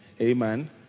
Amen